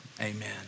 amen